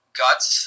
guts